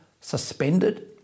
suspended